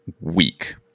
week